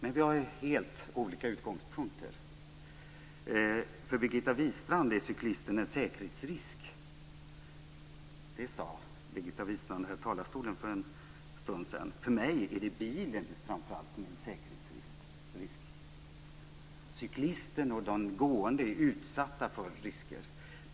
Vi har dock helt olika utgångspunkter. För Birgitta Wistrand är cyklisten en säkerhetsrisk - det sade Birgitta Wistrand för en stund sedan här i talarstolen. Jag menar att det framför allt är bilen som är en säkerhetsrisk. Cyklister och gående utsätts för risker.